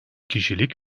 kişilik